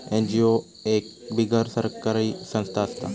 NGO एक बिगर सरकारी संस्था असता